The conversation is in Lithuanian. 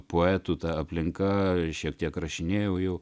poetų ta aplinka šiek tiek rašinėjau jau